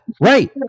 right